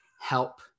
help